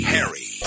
Harry